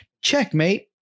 checkmate